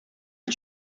did